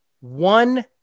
one